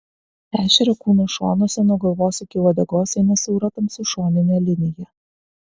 ešerio kūno šonuose nuo galvos iki uodegos eina siaura tamsi šoninė linija